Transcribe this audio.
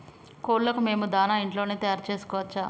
కోళ్లకు మేము దాణా ఇంట్లోనే తయారు చేసుకోవచ్చా?